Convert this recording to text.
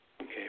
Okay